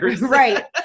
Right